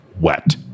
wet